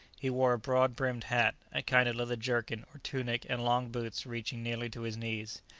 he wore a broad-brimmed hat, a kind of leather jerkin, or tunic, and long boots reaching nearly to his knees.